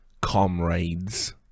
Comrades